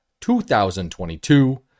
2022